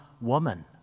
woman